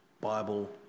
Bible